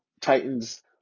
Titans